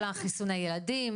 חיסוני הילדים?